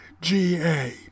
G-A